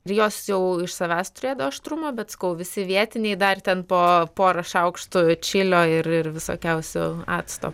ir jos jau iš savęs turėdavo aštrumą bet sakau visi vietiniai dar ten po porą šaukštų čilio ir ir visokiausio acto